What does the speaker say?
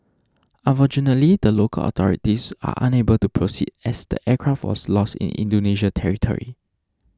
unfortunately the local authorities are unable to proceed as the aircraft was lost in Indonesia territory